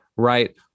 right